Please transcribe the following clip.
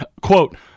Quote